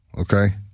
okay